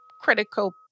critical